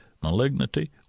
malignity